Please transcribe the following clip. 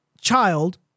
child